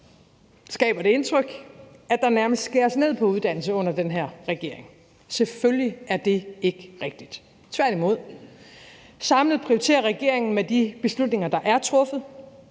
skaber det indtryk, at der nærmest skæres ned på uddannelse under den her regering. Selvfølgelig er det ikke rigtigt. Tværtimod. Samlet prioriterer regeringen med de beslutninger, der er truffet,